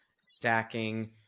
stacking